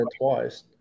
twice